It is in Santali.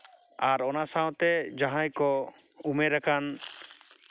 ᱟᱨ ᱚᱱᱟ ᱥᱟᱶᱛᱮ ᱡᱟᱦᱟᱸᱭ ᱠᱚ ᱩᱢᱮᱨᱟᱠᱟᱱ